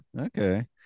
Okay